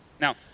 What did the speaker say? now